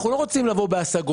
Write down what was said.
אנחנו לא רוצים לבוא בהשגות.